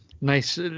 nice